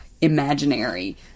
imaginary